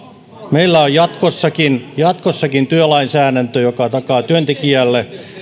meillä on jatkossakin jatkossakin työlainsäädäntö joka takaa työntekijälle